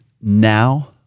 now